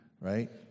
right